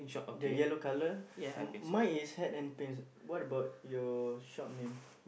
the yellow colour mine is hat and pins what about your shop name